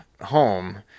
home